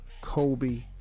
Kobe